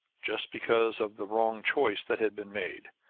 just because of the wrong choice that had been made,